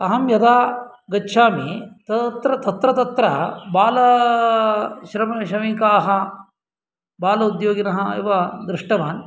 अहं यदा गच्छामि तदत्र तत्र तत्र बाल श्रमिकाः बाल उद्योगिनः एव दृष्टवान्